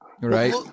Right